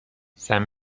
سَم